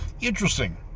interesting